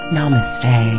Namaste